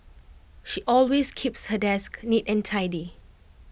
she always keeps her desk neat and tidy